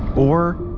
or,